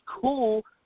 cool